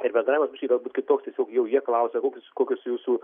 ir bendravimas biškį galbūt kitoks tiesiog jau jie klausia kokios kokios jūsų